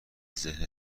ذهن